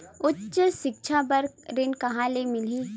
उच्च सिक्छा बर ऋण कहां ले मिलही?